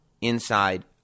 inside